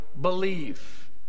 believe